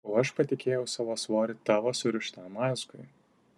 o aš patikėjau savo svorį tavo surištam mazgui